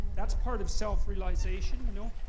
that's part of self-realization, you know?